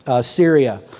Syria